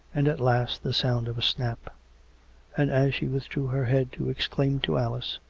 and at last the sound of a snap and as she withdrew her head to exclaim to alice,